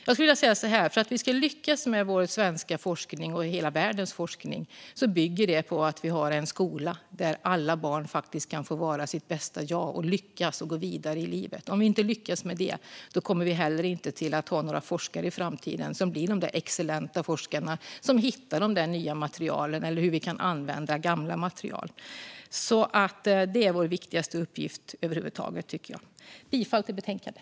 Jag vill säga så här: Om vi ska lyckas med vår svenska forskning och med hela världens forskning bygger det på att vi har en skola där alla barn kan få vara sitt bästa jag och lyckas och gå vidare i livet. Om vi inte lyckas med det kommer vi heller inte att ha några forskare i framtiden som blir de där excellenta forskarna som hittar de nya materialen eller kommer på hur vi kan använda gamla material. Det tycker jag är vår viktigaste uppgift. Jag yrkar bifall till förslaget i betänkandet.